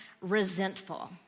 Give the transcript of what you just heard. resentful